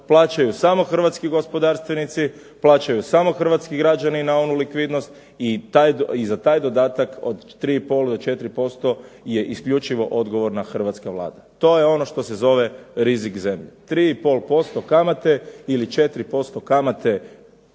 plaćaju samo hrvatski gospodarstvenici, plaćaju samo hrvatski građani na onu likvidnost i za taj dodatak od 3,5 i 4% je isključivo odgovorna Hrvatska vlada. To je ono što se zove rizik zemlje. 3,5% kamate ili 4% kamate